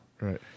Right